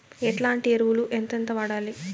ఎట్లాంటి ఎరువులు ఎంతెంత వాడాలి?